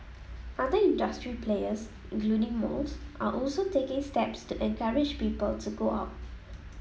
other industry players including malls are also taking steps to encourage people to go out